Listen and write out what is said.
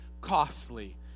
costly